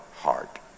heart